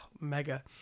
mega